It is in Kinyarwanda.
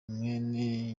mwene